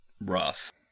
rough